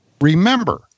remember